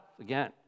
again